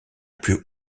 plus